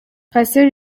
patient